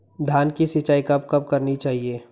धान की सिंचाईं कब कब करनी चाहिये?